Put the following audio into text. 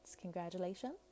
congratulations